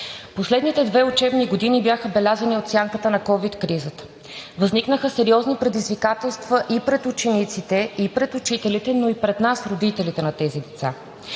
Последните две учебни години бяха белязани от сянката на ковид кризата. Възникнаха сериозни предизвикателства – и пред учениците, и пред учителите, но и пред нас – родителите на тези деца.